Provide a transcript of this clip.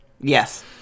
Yes